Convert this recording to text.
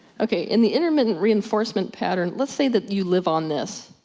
ok, in the intermittent reinforcement pattern, let's say that you live on this.